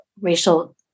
racial